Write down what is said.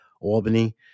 Albany